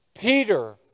Peter